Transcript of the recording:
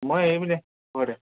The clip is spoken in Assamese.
মই এইপিনে ঘৰতে